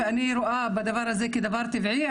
ואני רואה בדבר הזה כדבר טבעי.